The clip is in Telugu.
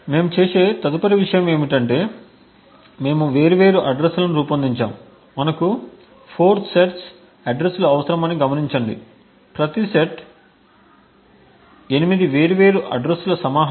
మేము చేసే తదుపరి విషయం ఏమిటంటే మేము వేర్వేరు అడ్రస్లను రూపొందించాము మనకు 4 సెట్ల అడ్రస్ లు అవసరమని గమనించండి ప్రతి సెట్ 8 వేర్వేరు అడ్రస్ ల సమాహారం